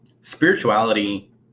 spirituality